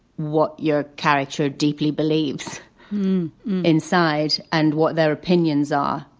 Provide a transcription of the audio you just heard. what your character deeply believes inside and what their opinions are.